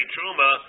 Truma